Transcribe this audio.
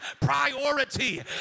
priority